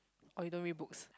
oh you don't read books